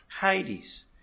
Hades